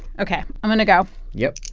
ok. i'm going to go yep